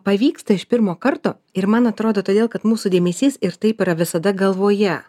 pavyksta iš pirmo karto ir man atrodo todėl kad mūsų dėmesys ir taip yra visada galvoje